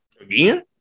Again